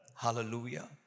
Hallelujah